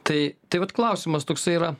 tai tai vat klausimas toksai yra